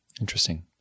Interesting